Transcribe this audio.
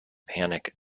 panic